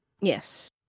Yes